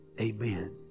amen